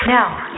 Now